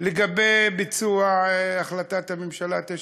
לגבי ביצוע החלטת הממשלה 922,